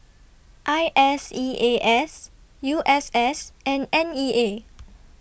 I S E A S U S S and N E A